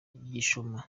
gishoma